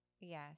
Yes